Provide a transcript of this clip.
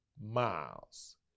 miles